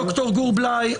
ד"ר גור בליי,